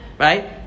Right